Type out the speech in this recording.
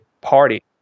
party